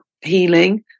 healing